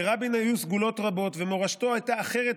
לרבין סגולות רבות ומורשתו הייתה אחרת